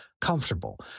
comfortable